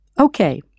Okay